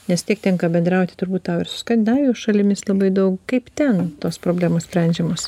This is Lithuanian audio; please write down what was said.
nes tiek tenka bendrauti turbūt tau ir su skandinavijos šalimis labai daug kaip ten tos problemos sprendžiamos